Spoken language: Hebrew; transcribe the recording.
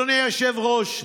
אדוני היושב-ראש,